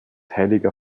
heiliger